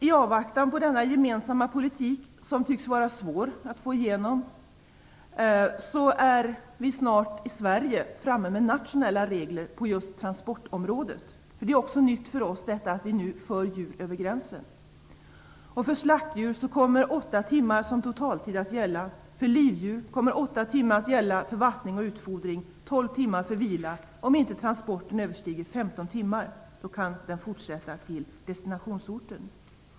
I avvaktan på denna gemensamma politik, som tycks vara svår att få igenom, är vi snart i Sverige framme med nationella regler på just transportområdet, för det är nytt för oss detta att föra djur över gränsen. För slaktdjur kommer åtta timmar som totaltid att gälla. För livdjur kommer åtta timmar att gälla för vattning och utfodring, 12 timmar för vila, om transporten inte överstiger 15 timmar, då den kan fortsätta till destinationsorten.